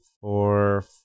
four